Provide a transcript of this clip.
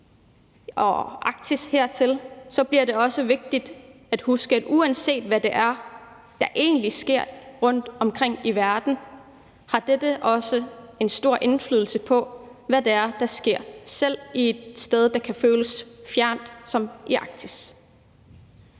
og Arktis, bliver det også vigtigt at huske, at uanset hvad det er, der egentlig sker rundtomkring i verden, har dette en stor indflydelse på, hvad det er, der sker, selv på et sted, der kan føles fjernt, som Arktis.